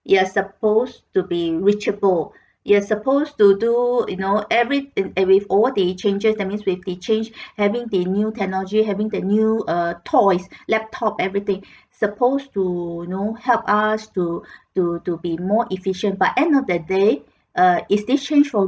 you are supposed to be reachable you're supposed to do you know every in with all the changes that means with the change having the new technology having the new uh toys laptop everything supposed to you know help us to to to be more efficient but end of the day uh is this change